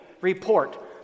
report